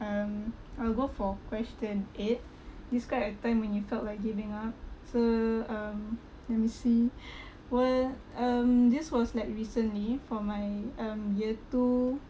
um I'll go for question eight describe a time when you felt like giving up so um let me see where um this was like recently for my um year two